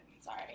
Sorry